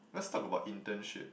let's talk about internship